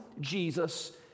Jesus